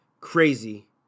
crazy